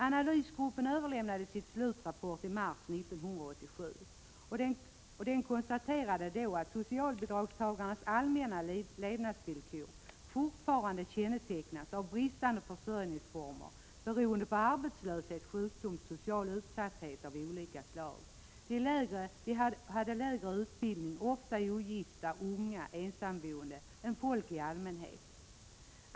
Analysgruppen överlämnade sin slutrapport i mars 1987, och den konstaterade att socialbidragstagarnas allmänna levnadsvillkor fortfarande kännetecknades av bristande försörjningsformer beroende på arbetslöshet, sjukdom och social utsatthet av olika slag. Bidragstagarna hade lägre utbildning än folk i allmänhet och var ofta ogifta, unga och ensamboende.